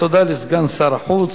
תודה לסגן שר החוץ